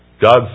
God